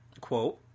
quote